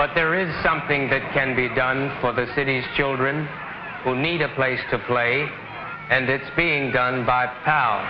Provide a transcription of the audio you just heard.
but there is something that can be done for the city's children who need a place to play and it's being done by how